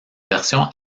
version